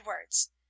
words